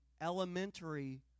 elementary